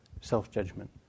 self-judgment